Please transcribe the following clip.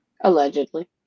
Allegedly